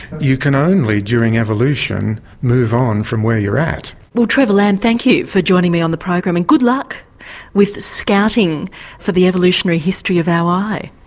you can only, during evolution, move on from where you're at. trevor lamb, thank you for joining me on the program, and good luck with scouting for the evolutionary history of our eye.